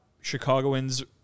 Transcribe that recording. Chicagoans